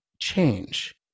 change